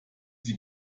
sie